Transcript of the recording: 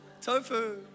Tofu